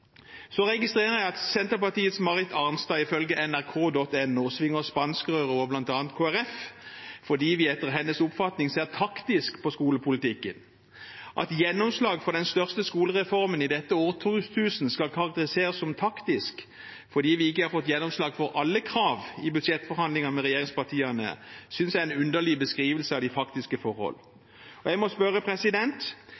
Så registrerer jeg at Senterpartiets Marit Arnstad ifølge nrk.no «svinger spanskrøret» over bl.a. Kristelig Folkeparti, fordi vi etter hennes oppfatning «ser taktisk på skolepolitikken». At gjennomslag for den største skolereformen i dette årtusen skal karakteriseres som taktisk fordi vi ikke har fått gjennomslag for alle krav i budsjettforhandlingene med regjeringspartiene, synes jeg er en underlig beskrivelse av de faktiske forhold.